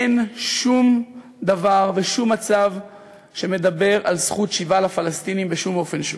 אין שום דבר ושום מצב שמדבר על זכות שיבה לפלסטינים בשום אופן שהוא,